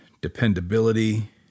dependability